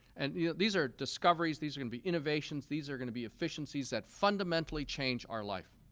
and yeah these are discoveries, these are going to be innovations, these are going to be efficiencies that fundamentally change our life.